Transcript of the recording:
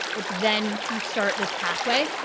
which then you start this pathway.